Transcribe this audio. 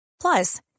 Plus